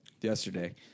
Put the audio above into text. yesterday